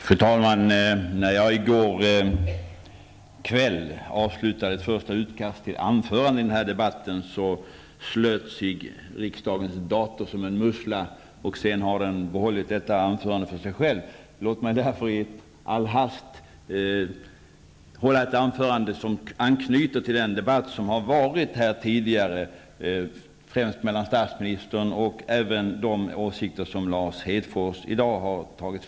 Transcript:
Fru talman! När jag i går kväll avslutade ett första utkast till anförande i den här debatten slöt sig riksdagens dator som en mussla, och sedan har den behållit detta anförande för sig själv. Låt mig därför i all hast hålla ett anförande som anknyter till den debatt som har förts här tidigare, främst statsministerns inlägg i debatten i kammaren i går och de åsikter som Lars Hedfors i dag har redovisat.